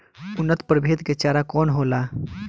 उन्नत प्रभेद के चारा कौन होला?